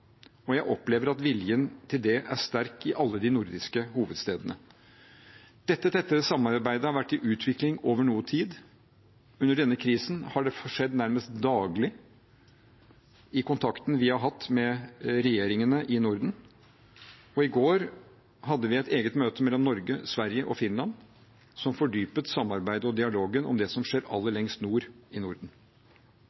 og en nærhet til Russland. Jeg opplever at viljen til det er sterk i alle de nordiske hovedstedene. Dette tette samarbeidet har vært i utvikling over noe tid. Under denne krisen har det skjedd nærmest daglig, i kontakten vi har hatt med regjeringene i Norden. I går hadde vi et eget møte mellom Norge, Sverige og Finland, som fordypet samarbeidet og dialogen om det som skjer aller